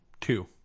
Two